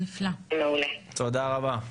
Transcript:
תודה רבה.